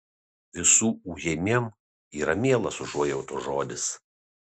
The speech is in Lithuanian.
visų ujamiem yra mielas užuojautos žodis